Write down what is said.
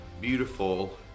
beautiful